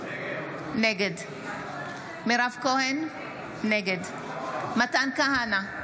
נגד מירב כהן, נגד מתן כהנא,